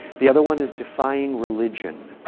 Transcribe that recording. the other one is defying religion.